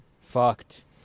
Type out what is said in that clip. Fucked